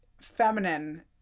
feminine